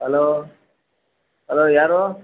hello hello ಯಾರು